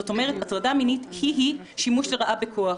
זאת אומרת: הטרדה מינית היא שימוש לרעה בכוח.